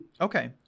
Okay